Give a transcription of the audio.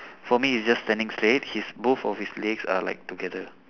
for me he's just standing straight his both of his legs are like together